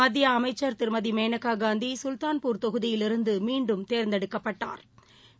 மத்தியஅமைச்சா் திருமதிமேனகாகாந்திகல்தான்பூர் தொகுதியிலிருந்துமீண்டும் தேர்ந்தெடுக்கப்பட்டாா்